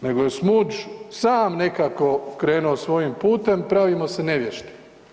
Nego je Smuđ sam nekako krenuo svojim putem, pravimo se nevještim.